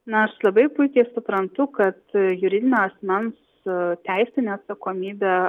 na aš labai puikiai suprantu kad juridinio asmens teisinę atsakomybę